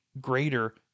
greater